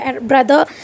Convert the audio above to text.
brother